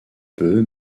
peu